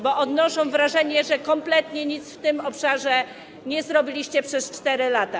Bo oni odnoszą wrażenie, że kompletnie nic w tym obszarze nie zrobiliście przez 4 lata.